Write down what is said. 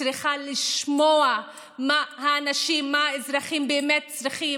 צריכה לשמוע מה האנשים ומה האזרחים באמת צריכים,